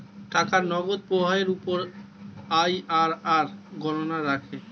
টাকার নগদ প্রবাহের উপর আইআরআর গণনা রাখে